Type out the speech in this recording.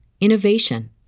innovation